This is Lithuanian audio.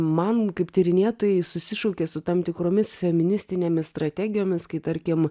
man kaip tyrinėtojai susišaukė su tam tikromis feministinėmis strategijomis kai tarkim